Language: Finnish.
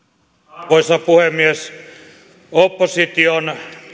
arvoisa puhemies opposition